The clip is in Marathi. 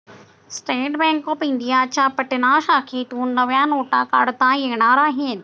स्टेट बँक ऑफ इंडियाच्या पटना शाखेतून नव्या नोटा काढता येणार आहेत